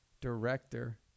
director